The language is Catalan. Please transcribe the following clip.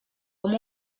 com